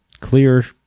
clear